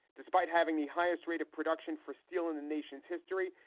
despite having the highest rate of production for steel in the nation's history.